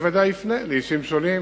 אני ודאי אפנה לאישים שונים,